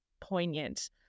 poignant